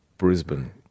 Brisbane